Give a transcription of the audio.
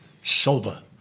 sober